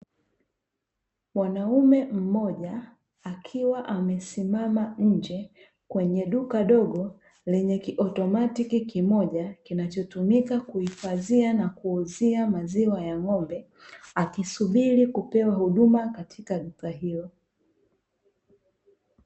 Mwanaume mmoja akiwa amesimama nje kwenye duka dogo lenye kiotomatiki kimoja kinachotumika kuhifadhia na kuuzia maziwa ya ng'ombe akisubiri kupewa huduma katika duka hilo .